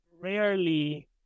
rarely